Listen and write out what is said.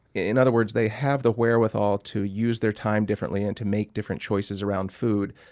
in other words, they have the wherewithal to use their time differently and to make different choices around food,